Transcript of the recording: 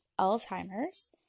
Alzheimer's